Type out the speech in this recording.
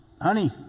Honey